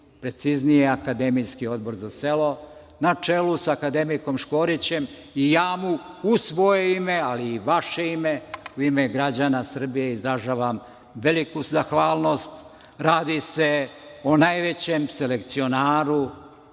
preciznije Akademijski odbor za selo na čelu sa akademikom Škorićem i ja mu u svoje ime, a i u vaše ime, u ime građana Srbije, izražavam veliku zahvalnost. Radi se o najvećem selekcionaru